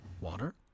Water